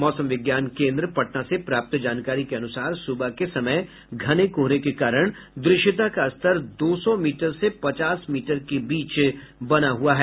मौसम विज्ञान केन्द्र पटना से प्राप्त जानकारी के अनुसार सुबह के समय घने कोहरे के कारण दृश्यता का स्तर दो सौ मीटर से पचास मीटर के बीच बना हुआ है